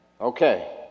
Okay